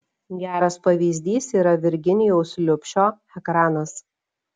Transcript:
geras pavyzdys yra virginijaus liubšio ekranas